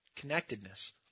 Connectedness